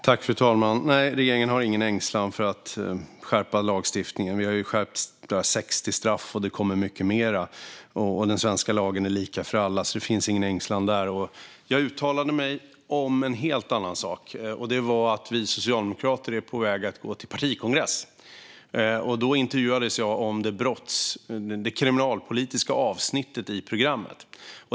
Fru talman! Nej, regeringen har ingen ängslan inför att skärpa lagstiftningen. Vi har ju skärpt 60 straff, och det kommer mycket mer. Den svenska lagen är lika för alla. Det finns ingen ängslan där. Jag uttalade mig om en helt annan sak. Vi socialdemokrater är på väg att gå till partikongress. Jag intervjuades om det kriminalpolitiska avsnittet i programmet.